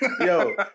Yo